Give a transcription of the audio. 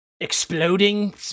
exploding